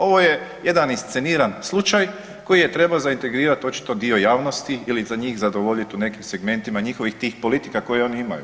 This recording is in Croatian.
Ovo je jedna isceniran slučaj koji je trebao zaintegrirat očito dio javnosti ili za njih zadovoljit u nekim segmentima njihovih tih politika koje oni imaju.